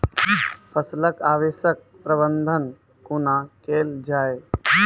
फसलक अवशेषक प्रबंधन कूना केल जाये?